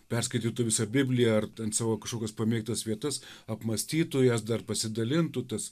perskaitytų visą bibliją ar ten savo kažkokias pamėgtas vietas apmąstytų jas dar pasidalintų tas